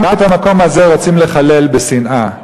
גם את המקום הזה רוצים לחלל בשנאה.